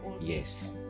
Yes